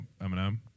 Eminem